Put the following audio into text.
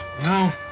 No